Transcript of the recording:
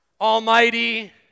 Almighty